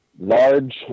large